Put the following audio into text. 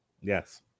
Yes